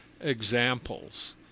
examples